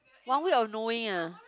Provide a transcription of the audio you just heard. one week of knowing ah